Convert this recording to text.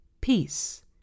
peace